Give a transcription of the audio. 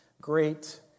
great